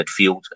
midfield